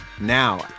Now